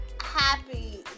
happy